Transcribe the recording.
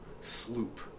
sloop